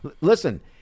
Listen